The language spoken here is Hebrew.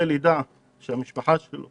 ידע שהמשפחה שלו